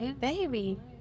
Baby